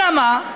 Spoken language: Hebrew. אלא מה,